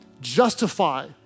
justify